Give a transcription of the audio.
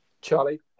Charlie